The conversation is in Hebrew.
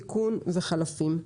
תיקון וחלפים.